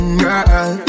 girl